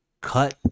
cut